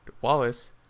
wallace